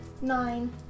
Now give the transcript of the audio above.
Nine